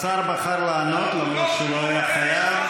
השר בחר לענות למרות שלא היה חייב,